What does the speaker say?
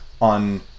on